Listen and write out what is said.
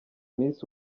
miss